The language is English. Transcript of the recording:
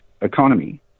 economy